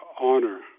honor